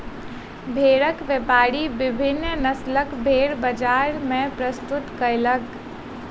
भेड़क व्यापारी विभिन्न नस्लक भेड़ बजार मे प्रस्तुत कयलक